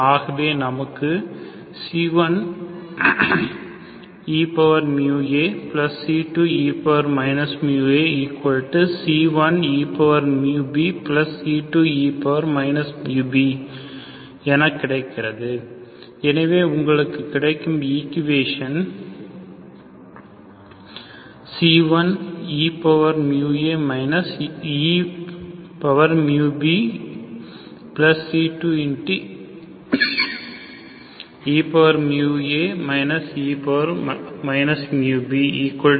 ஆகவே நமக்கு c1eμac2e μac1eμbc2e μb என கிடைக்கிறது எனவே உங்களுக்கு கிடைக்கும் equation c1eμa eμbc2e μa e μb0 இது ஈக்குவேஷசன் 1